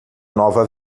nova